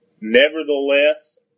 Nevertheless